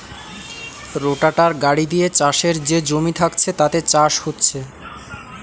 রোটাটার গাড়ি দিয়ে চাষের যে জমি থাকছে তাতে চাষ হচ্ছে